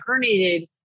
herniated